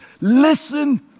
listen